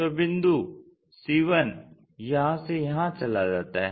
तो बिंदु c1 यहां से यहां चला जाता है